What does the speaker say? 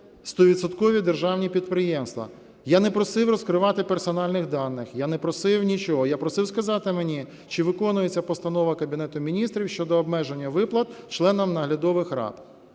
державні підприємства. Яне просив розкривати персональних даних, я не просив нічого. Я просив сказати мені, чи виконується Постанова Кабінету Міністрів щодо обмеження виплат членам наглядових рад.